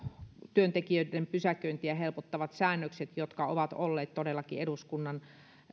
työntekijöiden pysäköintiä helpottavat säännökset jotka ovat olleet todellakin eduskunnan